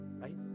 Right